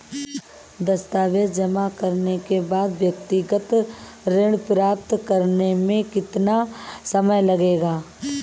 दस्तावेज़ जमा करने के बाद व्यक्तिगत ऋण प्राप्त करने में कितना समय लगेगा?